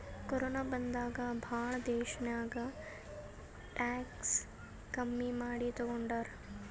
corona ಬಂದಾಗ್ ಭಾಳ ದೇಶ್ನಾಗ್ ಟ್ಯಾಕ್ಸ್ ಕಮ್ಮಿ ಮಾಡಿ ತಗೊಂಡಾರ್